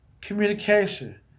Communication